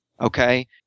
okay